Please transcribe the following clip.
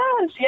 Yes